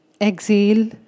exhale